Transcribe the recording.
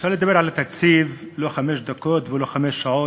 אפשר לדבר על התקציב לא חמש דקות ולא חמש שעות,